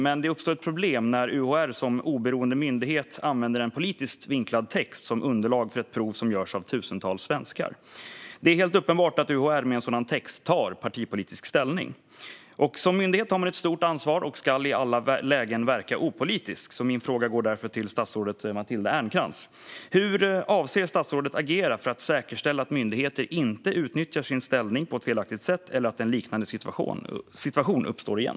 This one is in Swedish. Men det uppstår ett problem när UHR som oberoende myndighet använder en politiskt vinklad text som underlag för ett prov som görs av tusentals svenskar. Det är helt uppenbart att UHR med en sådan text tar partipolitisk ställning. Som myndighet har man ett stort ansvar och ska i alla lägen vara opolitisk. Min fråga går därför till statsrådet Matilda Ernkrans. Hur avser statsrådet att agera för att säkerställa att myndigheter inte utnyttjar sin ställning på ett felaktigt sätt och att en liknande situation inte uppstår igen?